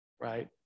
right